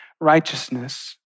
righteousness